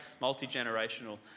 multi-generational